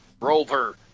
rover